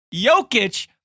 Jokic